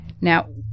Now